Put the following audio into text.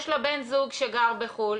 יש לה בן זוג שגר בחו"ל,